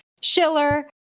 Schiller